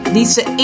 Lisa